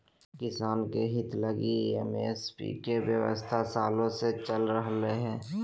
किसानों के हित लगी एम.एस.पी के व्यवस्था सालों से चल रह लय हें